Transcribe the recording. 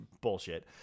bullshit